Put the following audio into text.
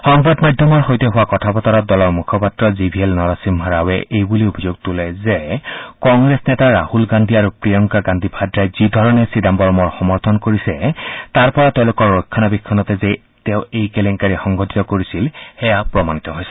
সংবাদ মাধ্যমৰ সৈতে হোৱা কথা বতৰাত দলৰ মুখপাত্ৰ জি ভি এল নৰসিম্হা ৰাৰে এই বুলি অভিযোগ তোলে যে কংগ্ৰেছ নেতা ৰাছল গান্ধী আৰু প্ৰিয়ংকা গান্ধী ভাদ্ৰাই যিধৰণে চিদাম্বৰমৰ সমৰ্থন কৰিছে তাৰ পৰা তেওঁলোকৰ ৰক্ষণাবেক্ষণতে যে তেওঁ এই কেলেংকাৰী সংঘটিত কৰিছিল সেয়া প্ৰমাণিত হৈছে